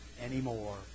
anymore